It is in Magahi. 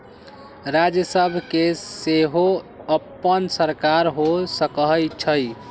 राज्य सभ के सेहो अप्पन सरकार हो सकइ छइ